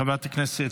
חברת הכנסת.